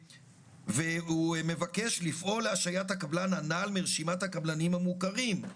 הוא מבקש גם לפעול להשעיית הקבלן הנ"ל מרשימת הקבלנים המוכרים.